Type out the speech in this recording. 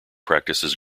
practices